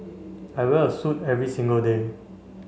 I wear a suit every single day